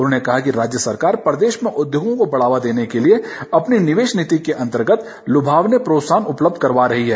उन्होंने कहा कि राज्य सरकार प्रदेश में उद्योगों को बढ़ावा देने के लिए अपनी निवेश नीति के अंतर्गत लुभावने प्रोत्साहन उपलब्ध करवा रही है